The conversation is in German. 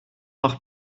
noch